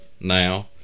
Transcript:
now